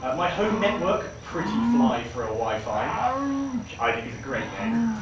ah my home network, prettyflyforawifi, which i think is a great name.